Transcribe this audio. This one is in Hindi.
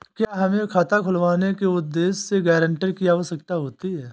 क्या हमें खाता खुलवाने के उद्देश्य से गैरेंटर की आवश्यकता होती है?